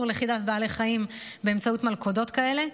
לכידת בעלי חיים באמצעות מלכודות כאלה.